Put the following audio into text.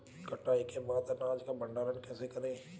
कटाई के बाद अनाज का भंडारण कैसे करें?